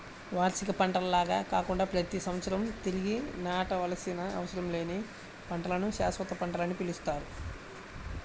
వార్షిక పంటల్లాగా కాకుండా ప్రతి సంవత్సరం తిరిగి నాటవలసిన అవసరం లేని పంటలను శాశ్వత పంటలని పిలుస్తారు